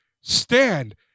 stand